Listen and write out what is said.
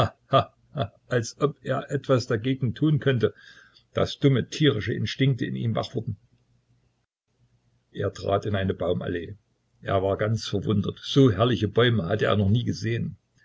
als ob er etwas dagegen tun könnte daß dumme tierische instinkte in ihm wach wurden er trat in eine baumallee er war ganz verwundert so herrliche bäume hatte er noch nie gesehen